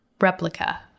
replica